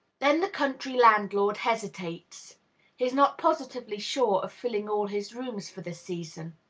then the country landlord hesitates. he is not positively sure of filling all his rooms for the season.